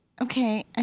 Okay